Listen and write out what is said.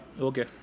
okay